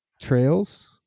trails